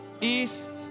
east